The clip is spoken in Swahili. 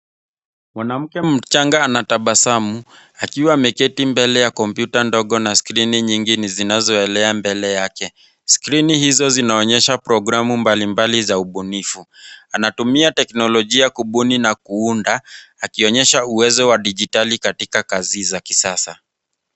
Mwanamke mchanga anatabasamu, akiwa ameketi mbele ya komputa ndogo na skrini nyingi zinazoelea mbele yake. Skrini hizo zinaonyesha programu mbali mbali za ubunifu. Anatumia teknolojia kubuni na kuunda, akionyesha uwezo wa dijitali katika kazi za kisasa.